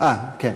אה, כן.